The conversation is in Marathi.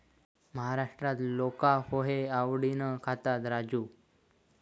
महाराष्ट्रात लोका पोहे आवडीन खातत, राजू